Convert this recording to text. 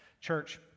Church